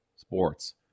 Sports